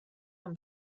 amb